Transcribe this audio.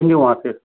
तो वहाँ प्र